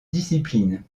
discipline